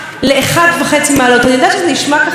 על מה אני מדברת בשעת לילה מאוחרת זו,